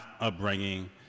upbringing